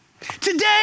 Today